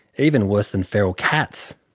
even worse than feral cats.